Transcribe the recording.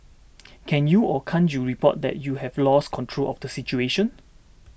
can you or can't you report that you've lost control of the situation